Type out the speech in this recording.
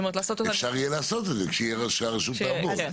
אפשר יהיה לעשות את זה, כשהרשות תעבוד.